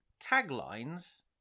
taglines